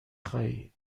خوایی